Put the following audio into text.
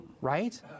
right